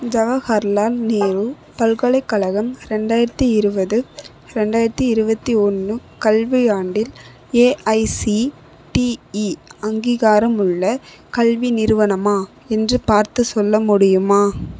ஜவஹர்லால் நேரு பல்கலைக்கழகம் ரெண்டாயிரத்து இருபது ரெண்டாயிரத்து இருபத்தி ஒன்று கல்வியாண்டில் ஏஐசிடிஇ அங்கீகாரமுள்ள கல்வி நிறுவனமா என்று பார்த்து சொல்ல முடியுமா